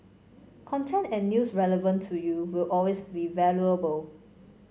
content and news relevant to you will always be valuable